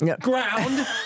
ground